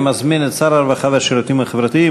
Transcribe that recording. אני מזמין את שר הרווחה והשירותים החברתיים,